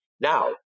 Now